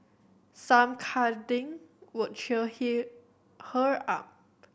some cuddling would cheer here her up